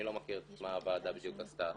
אני לא מכיר מה הוועדה בדיוק עשתה.